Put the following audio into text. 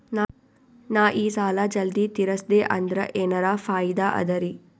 ನಾ ಈ ಸಾಲಾ ಜಲ್ದಿ ತಿರಸ್ದೆ ಅಂದ್ರ ಎನರ ಫಾಯಿದಾ ಅದರಿ?